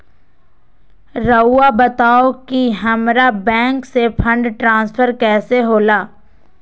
राउआ बताओ कि हामारा बैंक से फंड ट्रांसफर कैसे होला?